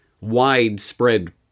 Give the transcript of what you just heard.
widespread